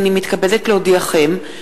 הנני מתכבדת להודיעכם,